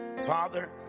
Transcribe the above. father